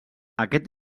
aquest